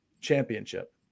Championship